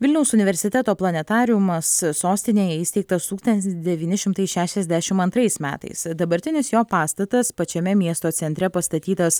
vilniaus universiteto planetariumas sostinėje įsteigtas tūkstantis devyni šimtai šešiasdešim antrais metais dabartinis jo pastatas pačiame miesto centre pastatytas